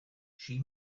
she